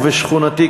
ובשכונתי,